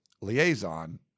liaison